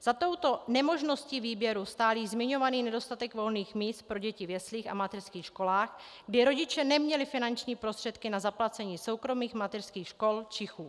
Za touto nemožností výběru stál již zmiňovaný nedostatek volných míst pro děti v jeslích a mateřských školách, kdy rodiče neměli finanční prostředky na zaplacení soukromých mateřských škol či chův.